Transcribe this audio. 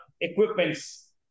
equipments